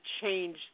change